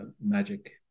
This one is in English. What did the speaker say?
magic